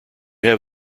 have